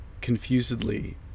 confusedly